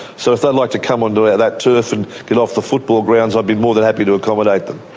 so if they'd like to come onto that turf and get off the football grounds, i'd be more than happy to accommodate them.